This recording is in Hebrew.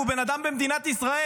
הוא בן אדם במדינת ישראל.